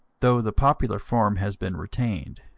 though the popular form has been retained.